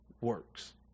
works